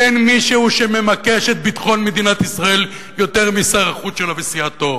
אבל אין מישהו שממקש את ביטחון מדינת ישראל יותר משר החוץ שלה וסיעתו,